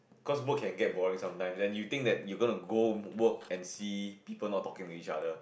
cause work can go boring sometime then you think that you going to go work and see people not talking to each other